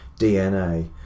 DNA